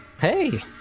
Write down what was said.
Hey